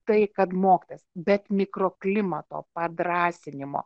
tai kad mokytojas bet mikroklimato padrąsinimo